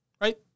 right